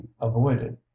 avoided